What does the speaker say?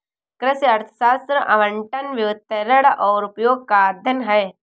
कृषि अर्थशास्त्र आवंटन, वितरण और उपयोग का अध्ययन है